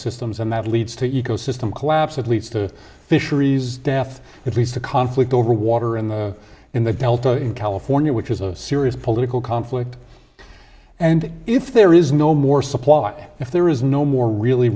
systems and that leads to ecosystem collapse that leads to fisheries death it leads to conflict over water in the in the delta in california which is a serious political conflict and if there is no more supply if there is no more really